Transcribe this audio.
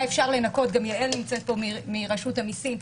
מה אפשר לנכות גם יעל נמצאת פה מרשות המיסים,